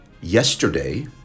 yesterday